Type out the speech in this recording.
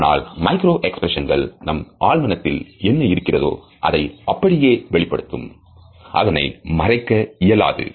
ஆனால் மைக்ரோ எக்ஸ்பிரஷன்ஸ்கள் நம் ஆழ்மனதில் என்ன இருக்கிறதோ அதை அப்படியே வெளிப்படுத்தும் அதனை மறைக்க இயலாது